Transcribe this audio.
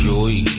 Joy